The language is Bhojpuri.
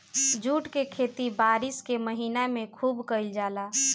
जूट के खेती बारिश के महीना में खुब कईल जाला